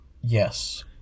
yes